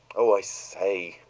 oh, i say!